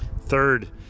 third